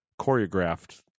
choreographed